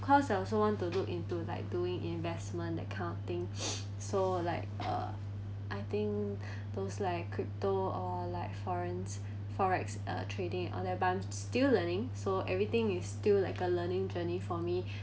cause I also want to look into like doing investment that kind of thing so like uh I think those like crypto or like foreign~ forex uh trading uh but I'm still learning so everything is still like a learning journey for me